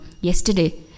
yesterday